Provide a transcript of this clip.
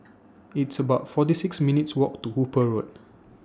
It's about forty six minutes'walk to Hooper Road